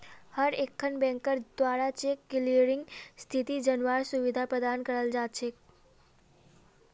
हर एकखन बैंकेर द्वारा चेक क्लियरिंग स्थिति जनवार सुविधा प्रदान कराल जा छेक